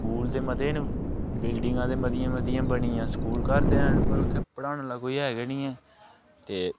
school ते मते न बिल्डिंगा ते मतियां मतियां बनी दियां स्कूल घर ते हैन पर उ'त्थें पढ़ाने आह्ला कोई ऐ गै निं ऐ ते